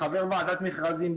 חבר ועדת מכרזים,